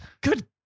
Good